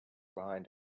behind